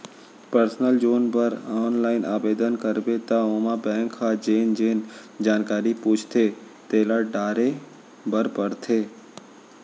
personal जोन बर online आबेदन करबे त ओमा बेंक ह जेन जेन जानकारी पूछथे तेला डारे बर परथे